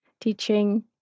teaching